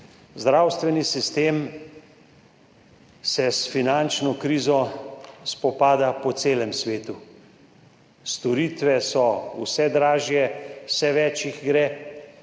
Zdravstveni sistem se s finančno krizo spopada po celem svetu. Storitve so vse dražje, vse več jih je,